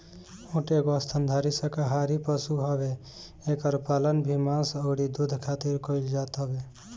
ऊँट एगो स्तनधारी शाकाहारी पशु हवे एकर पालन भी मांस अउरी दूध खारित कईल जात हवे